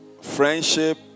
Friendship